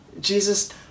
Jesus